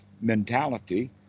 mentality